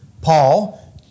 Paul